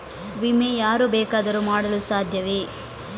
ವಿಮೆ ಯಾರು ಬೇಕಾದರೂ ಮಾಡಲು ಸಾಧ್ಯವೇ?